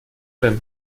beim